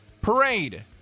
Parade